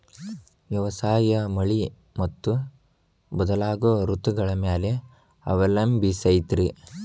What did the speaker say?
ವ್ಯವಸಾಯ ಮಳಿ ಮತ್ತು ಬದಲಾಗೋ ಋತುಗಳ ಮ್ಯಾಲೆ ಅವಲಂಬಿಸೈತ್ರಿ